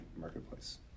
Marketplace